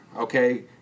Okay